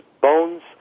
bones